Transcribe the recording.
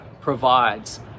provides